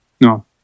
No